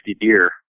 deer